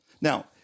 Now